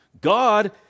God